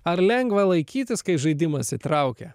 ar lengva laikytis kai žaidimas įtraukia